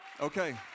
Okay